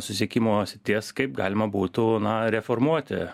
susiekimo sities kaip galima būtų na reformuoti